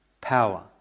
power